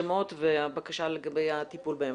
השמות והבקשה לגבי הטיפול בהם.